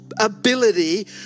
ability